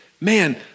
man